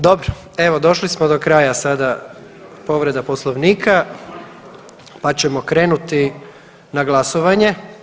Dobro evo došli smo do kraja sada povreda Poslovnika, pa ćemo krenuti na glasovanje.